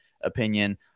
opinion